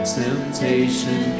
temptation